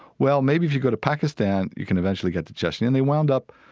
well maybe if you go to pakistan you can eventually get to chechnya. and they wound up,